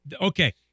Okay